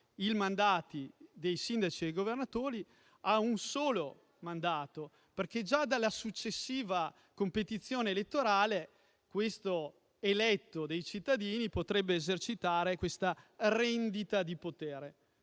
i mandati dei sindaci e dei Governatori a un solo mandato, perché già dalla successiva competizione elettorale l'eletto dei cittadini potrebbe esercitare questa rendita di potere.